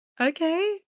Okay